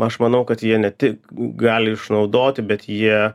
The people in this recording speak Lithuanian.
aš manau kad jie ne tik gali išnaudoti bet jie